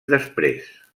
després